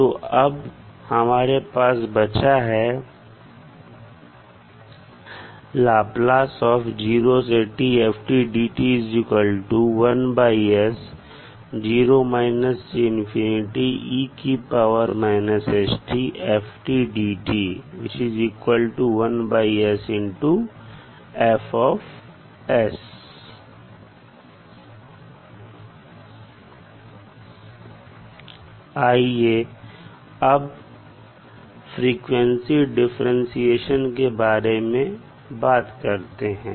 तो अब हमारे पास बचा है आइए अब फ्रीक्वेंसी डिफरेंटशिएशन के बारे में बात करते हैं